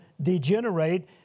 degenerate